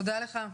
תודה לך.